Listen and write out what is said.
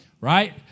Right